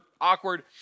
awkward